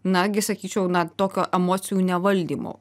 nagi sakyčiau na tokio emocijų nevaldymo